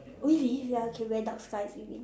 really ya okay very dark skies you mean